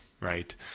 right